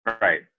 right